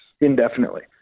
indefinitely